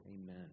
Amen